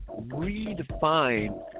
redefine